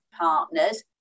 partners